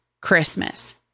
Christmas